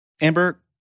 Amber